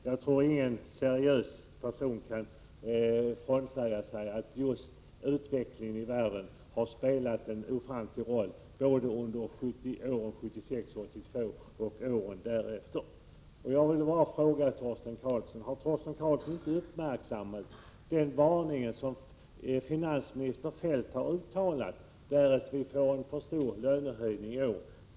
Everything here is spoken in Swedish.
Jag tror inte att någon seriös person kan bortse från att just utvecklingen i världen har spelat en ofantlig roll både under åren 1976-1982 och under åren därefter. Har Torsten Karlsson inte uppmärksammat den varning som finansminister Kjell-Olof Feldt har uttalat för att vi får en för stor lönehöjning i år?